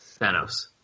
Thanos